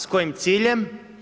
S kojim ciljem?